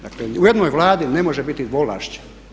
Dakle, u jednoj Vladi ne može biti dvovlašće.